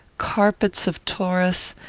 carpets of tauris,